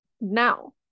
now